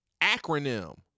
acronym